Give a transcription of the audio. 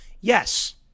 Yes